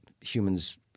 human's –